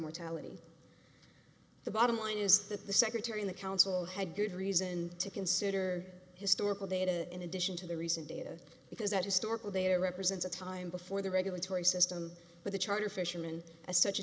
mortality the bottom line is that the secretary in the council had good reason to consider historical data in addition to the recent data because that historical there represents a time before the regulatory system with a charter fisherman as such a